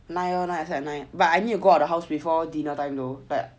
nine lor nine start at nine but I need to go out a house before dinner time though